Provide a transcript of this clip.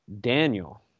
Daniel